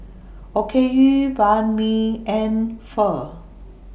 Okayu Banh MI and Pho